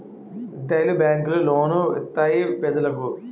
retail బేంకులు loan లిత్తాయి పెజలకు